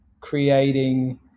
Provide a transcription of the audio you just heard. creating